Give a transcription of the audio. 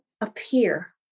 appear